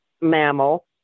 mammal